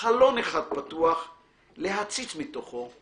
חלון אחד פתוח / להציץ מתוכו /